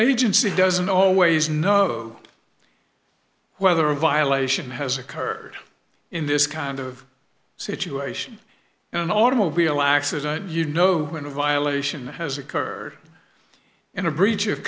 agency doesn't always know whether a violation has occurred in this kind of situation in an automobile accident you know when a violation has occurred in a breach of